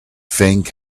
thing